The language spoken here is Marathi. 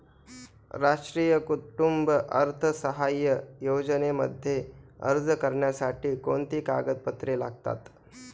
राष्ट्रीय कुटुंब अर्थसहाय्य योजनेमध्ये अर्ज करण्यासाठी कोणती कागदपत्रे लागतात?